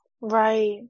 Right